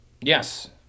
Yes